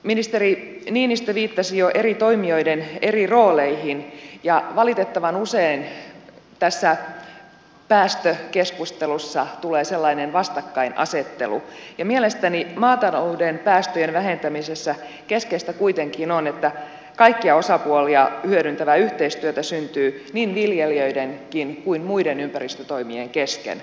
ministeri niinistö viittasi jo eri toimijoiden eri rooleihin ja valitettavan usein päästökeskustelussa tulee vastakkainasettelu ja mielestäni maatalouden päästöjen vähentämisessä keskeistä kuitenkin on että kaikkia osapuolia hyödyntävää yhteistyötä syntyy niin viljelijöiden kuin muiden ympäristötoimien kesken